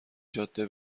جاده